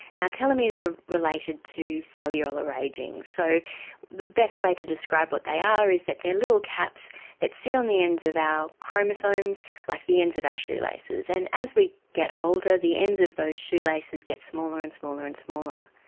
and telomeres are related to cellular ageing, so the best way to describe what they are is that they are little caps that sit on the ends of our chromosomes like the ends of our shoelaces, and as we get older the ends of those shoelaces get smaller and smaller and smaller.